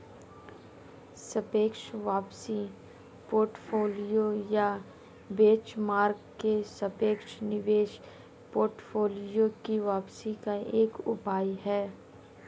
सापेक्ष वापसी पोर्टफोलियो या बेंचमार्क के सापेक्ष निवेश पोर्टफोलियो की वापसी का एक उपाय है